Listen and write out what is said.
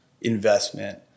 investment